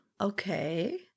Okay